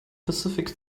pacific